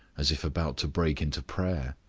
as if about to break into prayer.